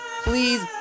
please